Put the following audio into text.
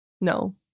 No